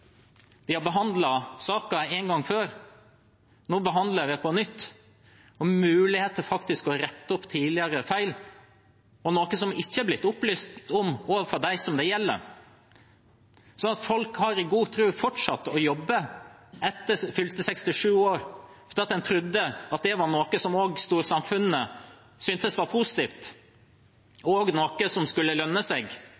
Vi har behandlet saken en gang før. Nå behandler vi den på nytt – med mulighet til å rette opp tidligere feil, noe som det ikke er blitt opplyst om overfor dem det gjelder. Folk har i god tro fortsatt å jobbe etter fylte 67 år, fordi en trodde det var noe som også storsamfunnet syntes var positivt,